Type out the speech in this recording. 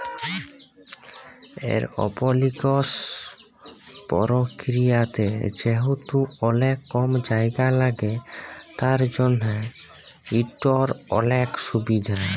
এরওপলিকস পরকিরিয়াতে যেহেতু অলেক কম জায়গা ল্যাগে তার জ্যনহ ইটর অলেক সুভিধা